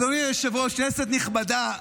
אדוני היושב-ראש, כנסת נכבדה,